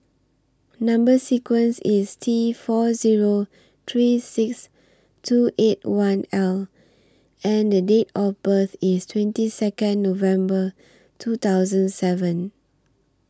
Number sequence IS T four Zero three six two eight one L and The Date of birth IS twenty Second November two thousand seven